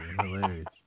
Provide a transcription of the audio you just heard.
hilarious